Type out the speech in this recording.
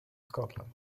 scotland